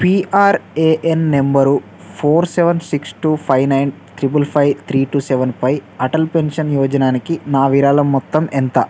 PRAN number four seven six two five nine triple five three two సెవెన్పై Atal pension యోజనానికి నా విరాళం మొత్తం ఎంత